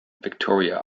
victoria